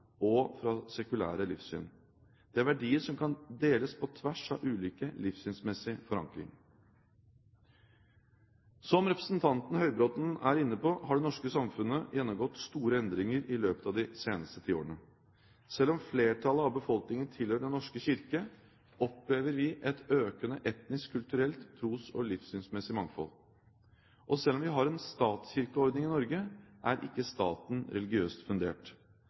og fra sekulære livssyn. Det er verdier som kan deles på tvers av ulik livssynsmessig forankring. Som representanten Høybråten er inne på, har det norske samfunnet gjennomgått store endringer i løpet av de seneste tiårene. Selv om flertallet av befolkningen tilhører Den norske kirke, opplever vi et økende etnisk, kulturelt og tros- og livssynsmessig mangfold. Og selv om vi har en statskirkeordning i Norge, er ikke staten religiøst fundert.